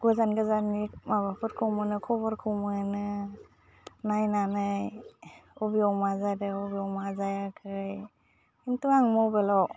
गजान गोजाननि माबाफोरखौ मोनो खबरखौ मोनो नायनानै अबेयाव मा जादों बबेयाव मा जायाखै खिन्थु आं मबाइलाव